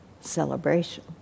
celebration